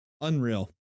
Unreal